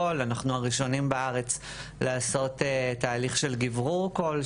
קול אז אנחנו הראשונים בארץ לעשות תהליך של "גברור" קול,